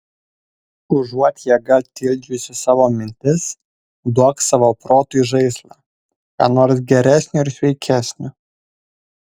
užuot jėga tildžiusi savo mintis duok savo protui žaislą ką nors geresnio ir sveikesnio